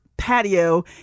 patio